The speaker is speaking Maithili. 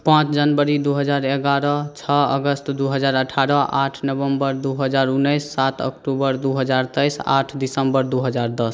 पाँच जनवरी दुइ हजार एगारह छओ अगस्त दुइ हजार अठारह आठ नवम्बर दुइ हजार उनैस सात अक्टूबर दुइ हजार तेइस आठ दिसम्बर दुइ हजार दस